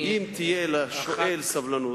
אם תהיה לשואל סבלנות,